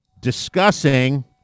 Discussing